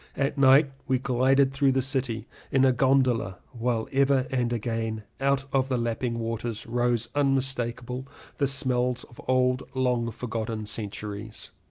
at night we glided through the city in a gondola while ever and again out of the lapping water rose unmistakable the smells of old long forgotten centuries.